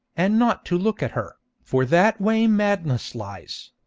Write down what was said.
and not to look at her, for that way madness lies